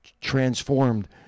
transformed